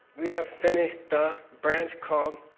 we have finished the branch called?